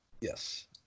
Yes